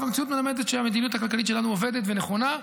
והמציאות מלמדת שהמדיניות הכלכלית שלנו עובדת ונכונה,